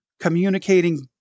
communicating